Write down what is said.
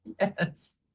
yes